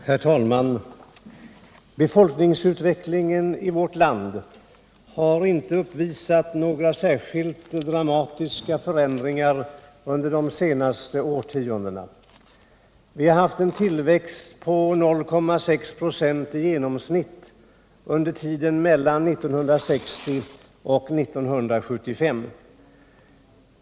Herr talman! Befolkningsutvecklingen i vårt land har inte uppvisat några särskilt dramatiska förändringar under de senaste årtiondena. Vi har haft en tillväxt på i genomsnitt 0,6 26 under tiden mellan 1960 och 1975.